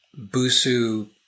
Busu